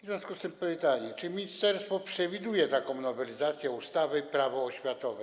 W związku z tym mam pytanie: Czy ministerstwo przewiduje taką nowelizację ustawy Prawo oświatowe?